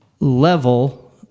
level